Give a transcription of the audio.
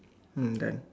hmm done